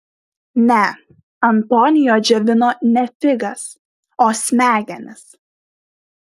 ne antonio džiovino ne figas o smegenis